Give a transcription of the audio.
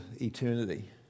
eternity